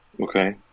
Okay